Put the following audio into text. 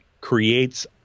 creates